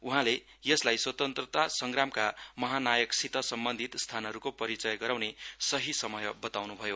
उहाँले यसलाई स्वतन्त्रता संग्रामका महानायकसित संबन्धित स्थानहरुको परिचय गराउने सहि समय बताउनु भयो